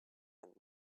and